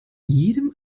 jedem